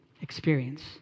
experience